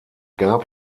gab